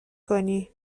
کنی